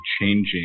changing